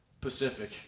Pacific